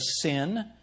sin